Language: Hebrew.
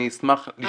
אני אשמח לשמוע.